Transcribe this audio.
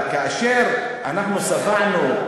אבל כאשר אנחנו שבענו,